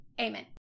amen